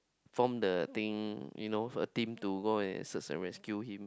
form the thing you know a team to go and search and rescue him